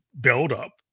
buildup